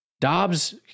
Dobbs